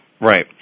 Right